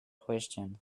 question